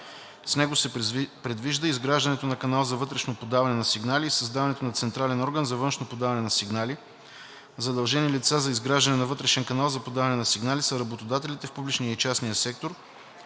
С него се предвижда изграждането на канал за вътрешно подаване на сигнали и създаването на централен орган за външно подаване на сигнали. Задължени лица за изграждане на вътрешен канал за подаване на сигнали са работодателите в публичния и частния сектор,